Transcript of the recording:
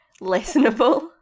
listenable